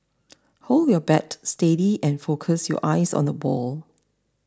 hold your bat steady and focus your eyes on the ball